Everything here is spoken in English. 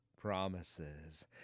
promises